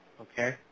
Okay